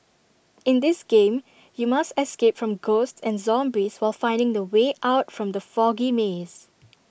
in this game you must escape from ghosts and zombies while finding the way out from the foggy maze